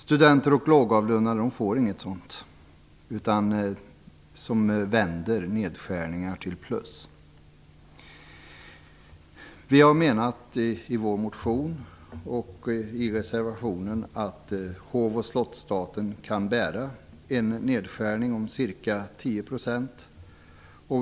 Studenter och lågavlönade får inget som vänder nedskärningar till plus. Vi menar i vår motion och i reservationen att hov och slottsstaten kan bära en nedskärning om ca 10 %.